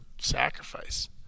sacrifice